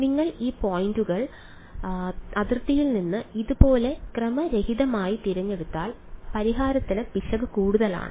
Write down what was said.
നിങ്ങൾ ഈ പോയിന്റുകൾ അതിർത്തിയിൽ നിന്ന് ഇതുപോലെ ക്രമരഹിതമായി തിരഞ്ഞെടുത്താൽ പരിഹാരത്തിലെ പിശക് കൂടുതലാണ്